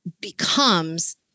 becomes